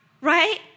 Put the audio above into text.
right